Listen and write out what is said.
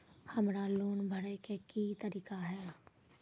हमरा लोन भरे के की तरीका है?